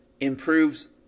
improves